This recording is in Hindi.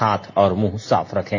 हाथ और मुंह साफ रखें